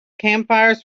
campfires